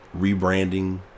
rebranding